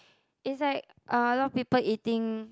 it's like uh a lot people eating